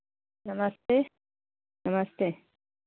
नमस्ते नमस्ते